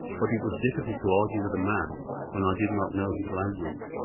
but it was difficult to argue with a man when i did not know his language.